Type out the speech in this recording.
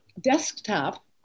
desktop